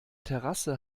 terrasse